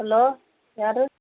hello யாரு